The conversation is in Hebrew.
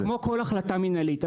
כמו כל החלטה מינהלית,